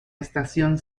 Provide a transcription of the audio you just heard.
estación